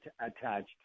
attached